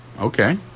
Okay